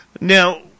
Now